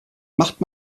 macht